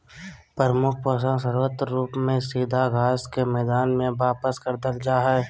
प्रमुख पोषक स्रोत रूप में सीधा घास के मैदान में वापस कर देल जा हइ